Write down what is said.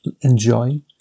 enjoy